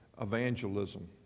evangelism